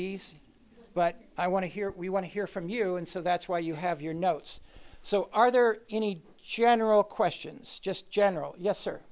these but i want to hear we want to hear from you and so that's why you have your notes so are there any general questions just general yes